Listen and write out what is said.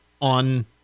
on